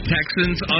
Texans